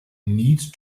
need